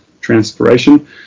Transpiration